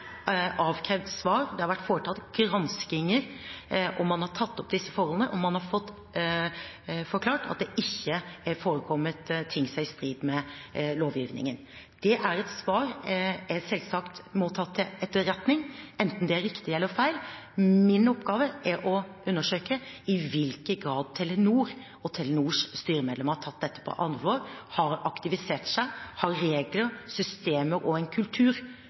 avkrevd svar. Det har vært foretatt granskinger hvor man har tatt opp disse forholdene, og man har fått forklart at det ikke har forekommet ting som er i strid med lovgivningen. Det er et svar jeg selvsagt må ta til etterretning enten det er riktig eller feil. Min oppgave er å undersøke i hvilken grad Telenor og Telenors styremedlemmer har tatt dette på alvor, har aktivisert seg, har regler, systemer og en kultur